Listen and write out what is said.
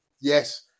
Yes